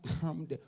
come